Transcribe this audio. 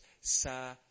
sa